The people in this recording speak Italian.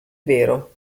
vero